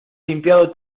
limpiado